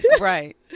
right